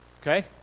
Okay